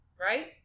right